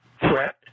threat